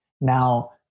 Now